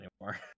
anymore